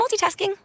multitasking